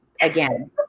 again